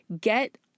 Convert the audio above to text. get